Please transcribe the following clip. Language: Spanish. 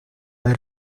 del